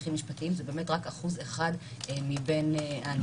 בהליכים משפטיים זה רק אחוז אחד מבין הנשאלים.